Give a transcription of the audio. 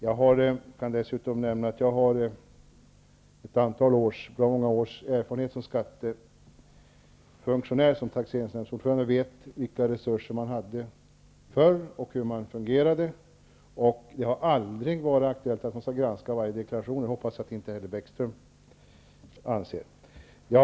Jag kan dessutom mämna att jag har många års erfarenhet som skattefunktionär, som taxeringsnämndsordförande, och jag vet vilka resurser man hade förr och hur man arbetade. Det har aldrig varit aktuellt att granska varje deklaration, vilket jag hoppas att Lars Bäckström inte anser.